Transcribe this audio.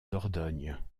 dordogne